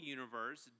Universe